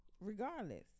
regardless